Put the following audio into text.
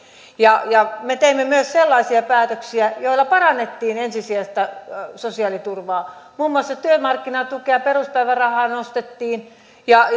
me teimme myös sellaisia päätöksiä joilla parannettiin ensisijaista sosiaaliturvaa muun muassa työmarkkinatukea ja peruspäivärahaa nostettiin ja